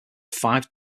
five